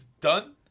done